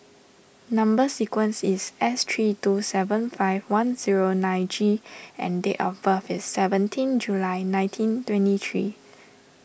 Number Sequence is S three two seven five one zero nine G and date of birth is seventeenth July nineteen twenty three